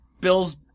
Bill's